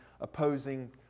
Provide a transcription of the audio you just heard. opposing